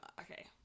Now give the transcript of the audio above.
okay